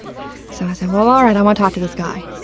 so i said, all all right, i wanna talk to this guy.